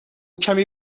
کمی